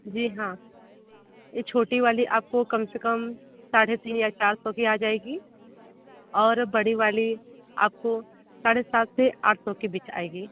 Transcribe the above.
जी हाँ ये छोटी वाली आपको कम से कम साढ़े तीन या चार सौ की आ जाएगी और बड़ी वाली आपको साढ़े सात से आठ सौ के बीच आएगी